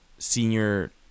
senior